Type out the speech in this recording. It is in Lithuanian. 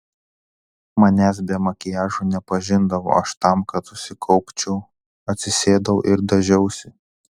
manęs be makiažo nepažindavo aš tam kad susikaupčiau atsisėdau ir dažiausi